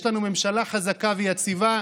יש לנו ממשלה חזקה ויציבה,